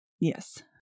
yes